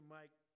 Mike